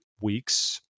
weeks